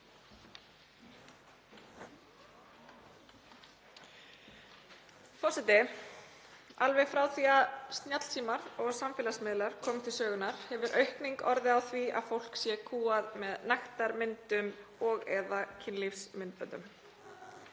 Forseti. Alveg frá því að snjallsímar og samfélagsmiðlar komu til sögunnar hefur orðið aukning á því að fólk sé kúgað með nektarmyndum og/eða kynlífsmyndböndum.